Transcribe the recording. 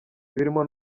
birimo